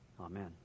Amen